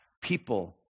people